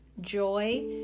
Joy